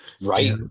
right